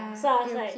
so I was like